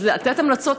אז לתת המלצות,